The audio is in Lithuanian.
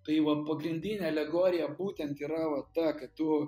tai va pagrindinė alegorija būtent yra va ta kad tu